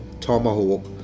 tomahawk